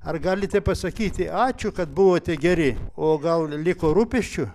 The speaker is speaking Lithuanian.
ar galite pasakyti ačiū kad buvote geri o gal liko rūpesčių